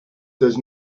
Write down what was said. does